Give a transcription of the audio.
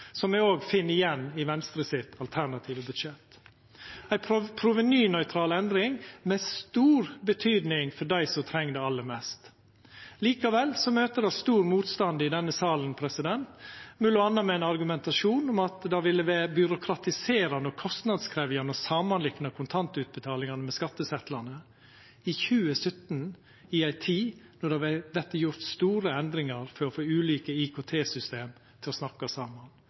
som me òg finn igjen i Venstres alternative budsjett – ei provenynøytral endring med stor betydning for dei som treng det aller mest. Likevel møter det stor motstand i denne salen, m.a. med ein argumentasjon om at det ville vera byråkratiserande og kostnadskrevjande å samanlikna kontantutbetalingane med skattesetlane – i 2017, i ei tid det vert gjort store endringar for å få ulike IKT-system til å snakka saman.